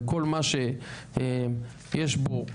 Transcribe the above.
וכל מה שיש בו,